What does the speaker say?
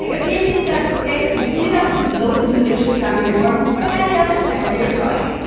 take a clean tin pencil case and fill it up with loads of delicious gummy worms or any other snack of your choice.